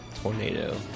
Tornado